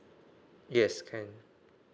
yes can